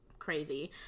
crazy